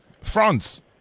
France